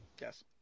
Yes